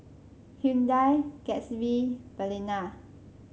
Hyundai Gatsby Balina